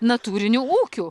natūriniu ūkiu